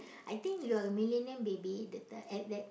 I think your millennium baby better at that